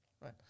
right